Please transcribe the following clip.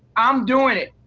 i'm doing it.